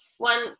One